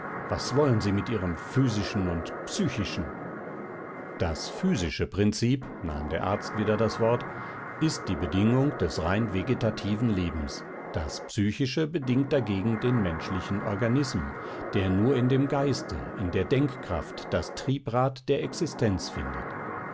was wollen sie mit ihrem physischen und psychischen das physische prinzip nahm der arzt wieder das wort ist die bedingung des rein vegetativen lebens das psychische bedingt dagegen den menschlichen organism der nur in dem geiste in der denkkraft das triebrad der existenz findet